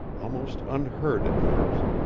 almost unheard at first,